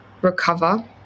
recover